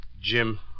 Jim